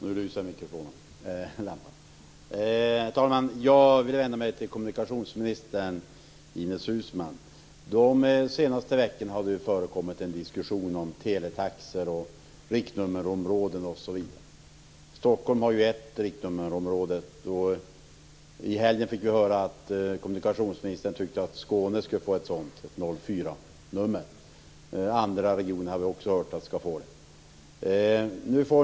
Herr talman! Jag vill vända mig till kommunikationsminister Ines Uusmann. De senaste veckorna har det förekommit en diskussion om teletaxor, riktnummerområden osv. Stockholm är ett riktnummerområde. I helgen kunde vi höra att kommunikationsministern tyckte att Skåne skulle bli ett område - 04 nummer. Vi har också hört att andra regioner skall få ett nummer.